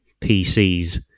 PCs